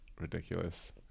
ridiculous